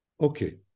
Okay